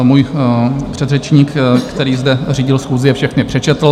Můj předřečník, který zde řídil schůzi, je všechny přečetl.